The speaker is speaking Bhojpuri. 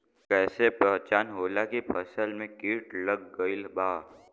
कैसे पहचान होला की फसल में कीट लग गईल बा?